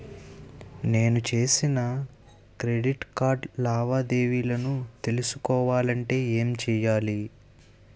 నేను చేసిన credit card లావాదేవీలను తెలుసుకోవాలంటే ఏం చేయాలి?